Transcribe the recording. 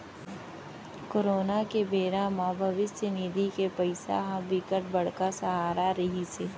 corona के बेरा म भविस्य निधि के पइसा ह बिकट बड़का सहारा रहिस हे